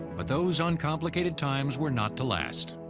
but those uncomplicated times were not to last.